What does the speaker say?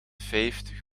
vijftig